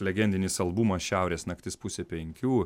legendinis albumas šiaurės naktis pusė penkių